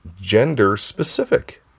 gender-specific